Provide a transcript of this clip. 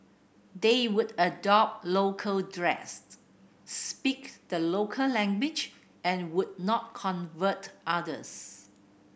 they would adopt local dress speak the local language and would not convert others